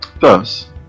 Thus